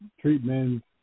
treatments